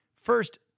First